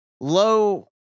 low